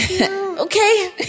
Okay